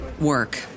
work